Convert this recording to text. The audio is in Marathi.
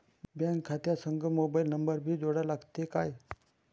बँक खात्या संग मोबाईल नंबर भी जोडा लागते काय?